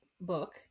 book